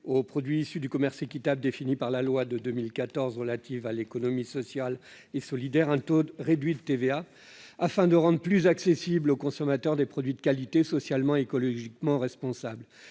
aux produits issus du commerce équitable, défini par la loi de 2014 relative à l'économie sociale et solidaire, un taux réduit de TVA afin de rendre plus accessibles aux consommateurs des produits de qualité, socialement et écologiquement responsables.